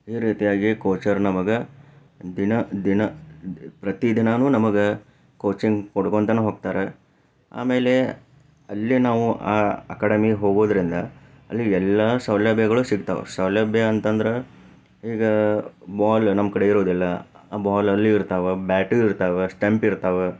ಈ ರೀತಿಯಾಗಿ ಕೋಚರು ನಮಗೆ ದಿನ ದಿನ ಪ್ರತಿ ದಿನಾನೂ ನಮಗೆ ಕೋಚಿಂಗ್ ಕೊಟ್ಕೊಂತಾನ ಹೋಗ್ತಾರೆ ಆಮೇಲೆ ಅಲ್ಲಿ ನಾವು ಆ ಅಕಾಡಮಿ ಹೋಗೋದ್ರಿಂದ ಅಲ್ಲಿ ಎಲ್ಲ ಸೌಲಭ್ಯಗಳು ಸಿಕ್ತಾವು ಸೌಲಭ್ಯ ಅಂತಂದ್ರೆ ಈಗ ಬಾಲ್ ನಮ್ಮ ಕಡೆ ಇರೋದಿಲ್ಲ ಆ ಬಾಲ್ ಅಲ್ಲಿ ಇರ್ತಾವೆ ಬ್ಯಾಟ್ ಇರ್ತಾವೆ ಸ್ಟಂಪ್ ಇರ್ತಾವೆ